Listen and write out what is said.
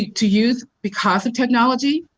to use because of technology,